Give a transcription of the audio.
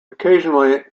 occasionally